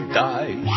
die